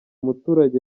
muturage